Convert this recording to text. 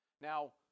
Now